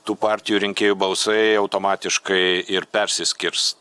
tų partijų rinkėjų balsai automatiškai ir persiskirs